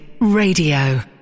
Radio